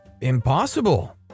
impossible